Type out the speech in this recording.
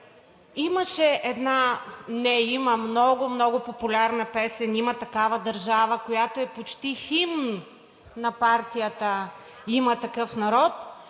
имаше една, не, има много, много популярна песен: „Има такава държава“, която е почти химн на партията „Има такъв народ“,